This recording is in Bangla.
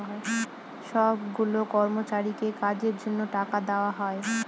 সব গুলা কর্মচারীকে কাজের জন্য টাকা দেওয়া হয়